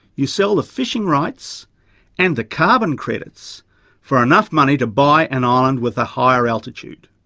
you sell the fishing rights and the carbon credits for enough money to buy an island with a higher altitude.